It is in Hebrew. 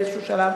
באיזה שלב.